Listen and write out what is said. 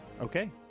Okay